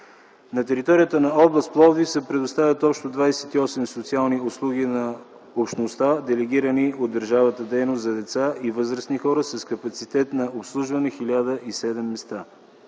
На територията на област Пловдив се предоставят общо 28 социални услуги на общността, делегирани от държавата дейности за деца и възрастни хора с капацитет на обслужване 1007